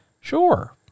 Sure